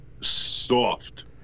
soft